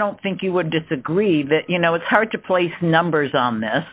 don't think you would disagree that you know it's hard to place numbers on this